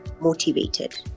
motivated